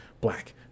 black